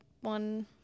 One